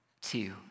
two